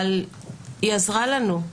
אבל היא עזרה לנו,